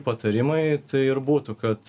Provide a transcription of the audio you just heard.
patarimai tai ir būtų kad